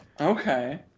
Okay